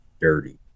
dirty